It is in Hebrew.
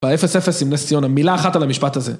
באפס אפס עם נס ציון, המילה אחת על המשפט הזה.